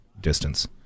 distance